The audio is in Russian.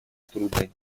трудное